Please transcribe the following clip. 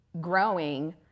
growing